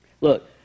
Look